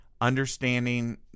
understanding